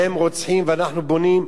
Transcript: הם רוצחים ואנחנו בונים,